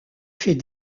fait